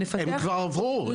נפתח --- הם כבר עברו,